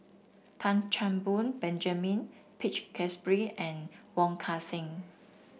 Tan Chan Boon Benjamin Peach Keasberry and Wong Kan Seng